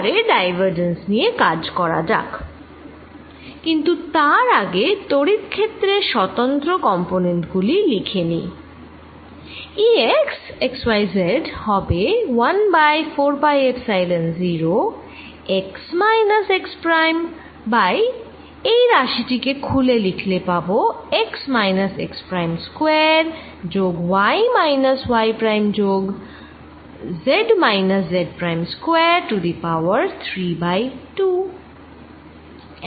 এবার ডাইভারজেন্স নিয়ে কাজ করা যাক কিন্তু তার আগে তড়িৎ ক্ষেত্রের স্বতন্ত্র কম্পনেন্ট গুলি লিখে নিই E x x y z হবে 1 by 4 pi epsilon 0x minus x prime by এই রাশি তি কে খুলে লিখলে পাবো x minus x prime square যোগ y minus y prime square যোগ z minus z prime square to the power 3 by 2